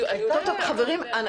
חברים,